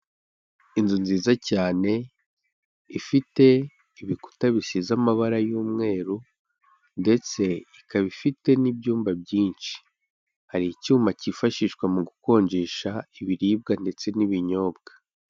Inzu nziza cyane, ifite ibikuta bisize amabara y'umweru, ndetse ikaba ifite n'ibyumba byinshi, hari icyuma kifashishwa mu gukonjesha ibiribwa ndetse n'ibinyobwa.